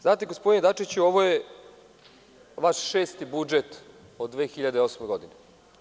Znate, gospodine Dačiću, ovo je vaš šesti budžet od 2008. godine.